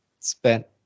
spent